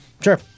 Sure